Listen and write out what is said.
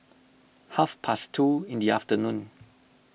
half past two in the afternoon